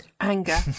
Anger